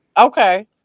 Okay